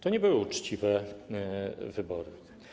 To nie były uczciwe wybory.